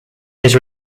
his